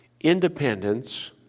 independence